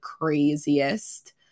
craziest